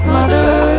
Mother